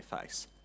face